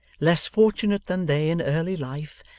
less fortunate than they in early life,